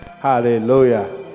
Hallelujah